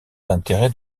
intérêts